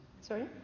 Sorry